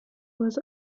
was